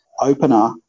opener